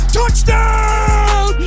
Touchdown